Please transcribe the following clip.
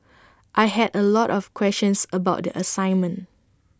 I had A lot of questions about the assignment